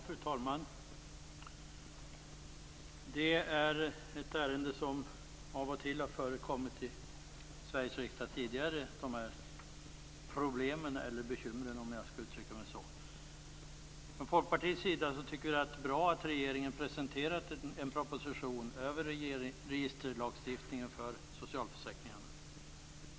Fru talman! Detta är ett ärende som av och till har förekommit i Sveriges riksdag tidigare. Från Folkpartiets sida tycker vi att det är bra att regeringen har presenterat en proposition om registerlagstiftningen för socialförsäkringarna.